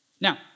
Now